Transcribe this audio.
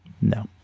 No